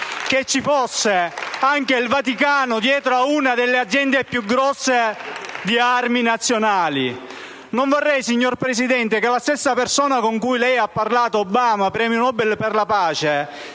che ci fosse anche il Vaticano dietro a una delle aziende più grosse di armi nazionali. Non vorrei, signor Presidente del Consiglio, che la persona con cui ha parlato - ovvero Obama, premio Nobel per la pace